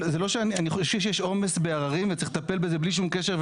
אני חושב שיש עומס בעררים וצריך לטפל בזה בלי שום קשר,